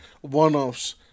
one-offs